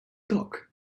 dog